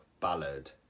ballad